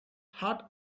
heart